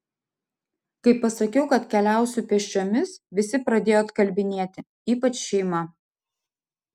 kai pasakiau kad keliausiu pėsčiomis visi pradėjo atkalbinėti ypač šeima